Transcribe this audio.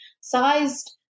sized